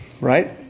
right